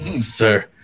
Sir